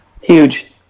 Huge